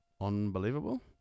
Unbelievable